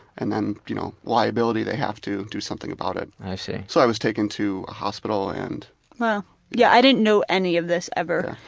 and then, you know, liability, they have to do something about it. i see. so i was taken to a hospital and megan yeah i didn't know any of this ever.